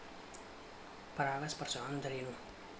ಪರಾಗಸ್ಪರ್ಶ ಅಂದರೇನು?